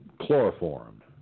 Chloroform